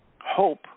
Hope